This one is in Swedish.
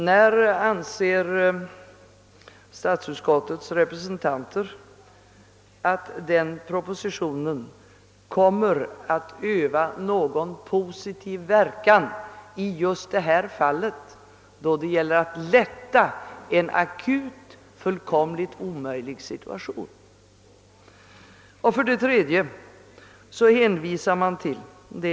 När anser statsutskottets representanter att den propositionen kommer att få någon positiv verkan i just detta fall, då det gäller att lätta en akut, fullkomligt omöjlig situation? Min tredje fråga gäller nästa stycke i utlåtandet.